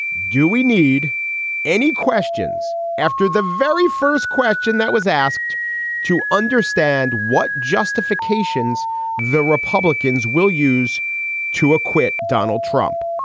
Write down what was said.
do we need any questions after the very first question that was asked to understand what justifications the republicans will use to acquit donald trump?